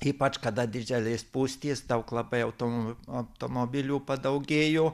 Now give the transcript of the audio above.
ypač kada didelės spūstys daug labai automo automobilių padaugėjo